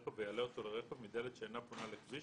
מהרכב ויעלה אותו לרכב מדלת שאינה פונה לכיוון